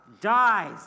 dies